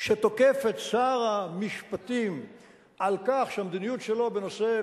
שתוקף את שר המשפטים על כך שהמדיניות שלו בנושא,